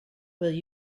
will